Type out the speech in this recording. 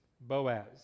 Boaz